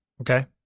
Okay